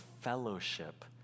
fellowship